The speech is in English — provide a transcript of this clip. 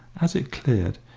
as it cleared,